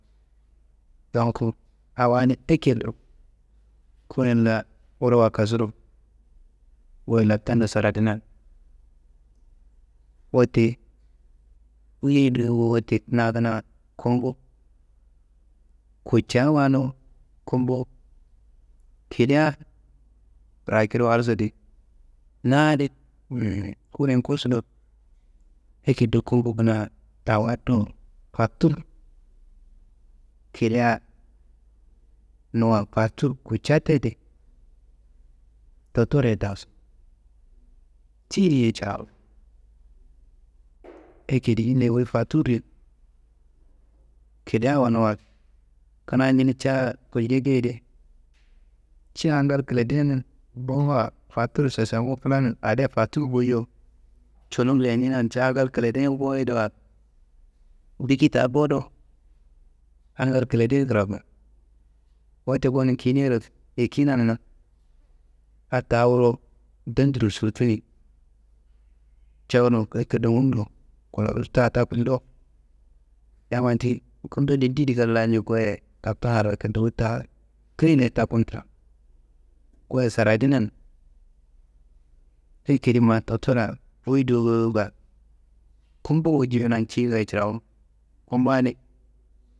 Donkko awa ni akedo, kuwuren la wuro wakasuru, goyi laptando saradinan, wote wuyei dowo, wote na kina gumbu kutca wanuwu, gumbu kilia rakiro walsu di, na adi. Kuren kossudo, akedo gumbu kina awado fotur. Kilia nuwa fotor kutca tedi, dottore dasu, tiyiniye cirawunu, akedi ille wuyi fotur di kilia nuwa. Kina nini ca gulceke di, ca angal kiledeyen bowowa fotur sesengu, fulan are fotur buyo, cinuwu leninean ca angal kiledeyen boyidiwa biki ta bowo do, angal kiledeyen kirako. Wote gonu kiyiniaro yikinan na, a ta wuro dandiro zurduni, ca wunu akido ngundo kolonu ta takunu dowo, yamma ti kundondi ndeyedi kalla njo goyia lattammaro akendo keyilayi takunu tra, goyia saradinan, akedi ma dottora wuyi dowo ga, gumbungu jifina tiyingayi cirawunu, gumbu adi.